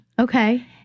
Okay